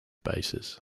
bases